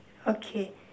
okay